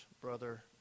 brother